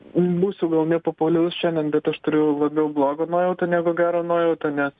būsiu gal nepopuliarus šiandien bet aš turiu labiau blogą nuojautą negu gerą nuojautą nes